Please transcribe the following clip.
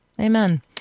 Amen